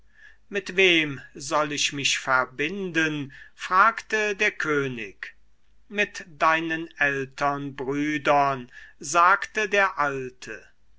mit wem soll ich mich verbinden fragte der könig mit deinen ältern brüdern sagte der alte